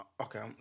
Okay